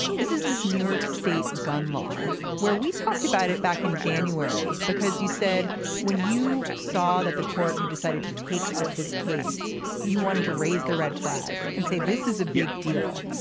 this is this new york state gun law where we talked about it back in january because you said when you saw that the court had decided to take up this case you wanted to raise the red flag and say this is a big deal.